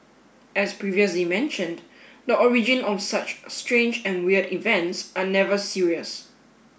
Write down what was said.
as previously mentioned the origin of such strange and weird events are never serious